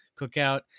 cookout